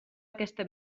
aquesta